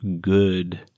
good